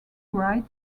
write